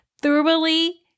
Thoroughly